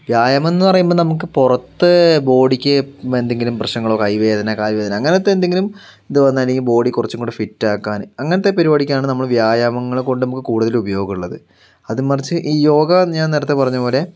വ്യായാമം എന്ന് പറയുമ്പോൾ നമുക്ക് പുറത്ത് ബോഡിക്ക് എന്തെങ്കിലും പ്രശ്നങ്ങളോ കൈ വേദന കാൽ വേദന അങ്ങനത്തെ എന്തെങ്കിലും ഇതോ അല്ലെങ്കിൽ ബോഡി കുറച്ചുംകൂടി ഫിറ്റ് ആക്കാൻ അങ്ങനത്തെ പരിപാടിക്കാണ് നമ്മൾ വ്യായാമങ്ങൾ കൊണ്ട് നമുക്ക് കൂടുതൽ ഉപയോഗം ഉള്ളത് അതിൻ മറിച്ച് ഈ യോഗ ഞാൻ നേരത്തെ പറഞ്ഞ പോലെ